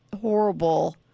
horrible